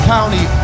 County